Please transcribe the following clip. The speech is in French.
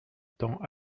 temps